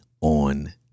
on